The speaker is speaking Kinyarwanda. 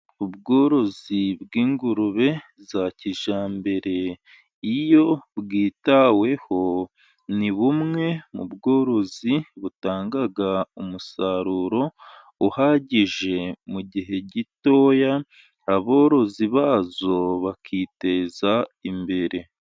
Ubworozi bw'ingurube za kijyambere, iyo bwitaweho ni bumwe mu bworozi butanga umusaruro uhagije mu gihe gitoya, aborozi bazo bakiteza imbere.